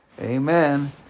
Amen